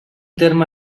terme